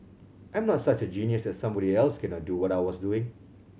I'm not such a genius that somebody else cannot do what I was doing